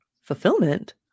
fulfillment